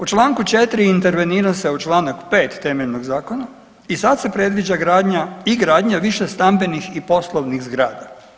U čl. 4. intervenira se u čl. 5. temeljnog zakona i sad se predviđa gradnja i gradnja višestambenih i poslovnih zgrada.